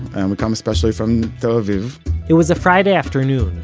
and we come especially from tel aviv it was a friday afternoon,